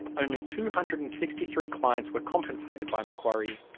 only two hundred and sixty three clients were compensated by macquarie.